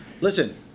listen